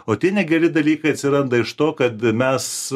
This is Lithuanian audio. o tie negeri dalykai atsiranda iš to kad mes